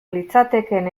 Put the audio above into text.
litzatekeen